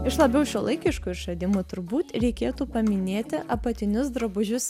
iš labiau šiuolaikiškų išradimų turbūt reikėtų paminėti apatinius drabužius